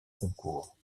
concours